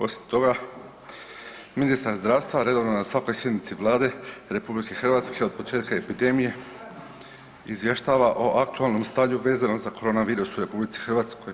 Osim toga, ministar zdravstva redovno na svakoj sjednici Vlade RH od početka epidemije izvještava o aktualnom stanju vezano za koronavirus u RH.